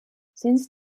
since